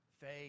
faith